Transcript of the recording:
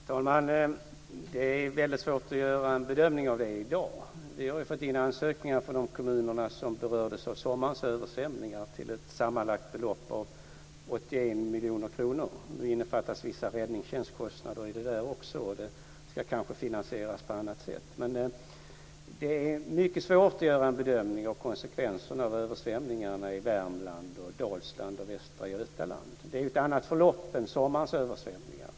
Fru talman! Det är väldigt svårt att göra en bedömning av det i dag. Vi har fått in ansökningar till ett sammanlagt belopp på 81 miljoner kronor från de kommuner som berördes av sommarens översvämningar. Då innefattas även vissa räddningstjänstkostnader i detta som kanske ska finansieras på annat sätt. Men det är mycket svårt att göra en bedömning av konsekvenserna av översvämningarna i Värmland, Dalsland och Västra Götaland. Översvämningarna där har ju haft ett annat förlopp än sommarens översvämningar.